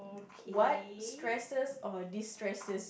what stresses or destresses